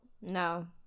no